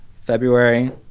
February